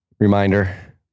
Reminder